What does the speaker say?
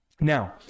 Now